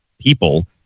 people